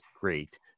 great